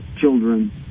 children